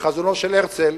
בחזונו של הרצל: